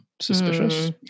suspicious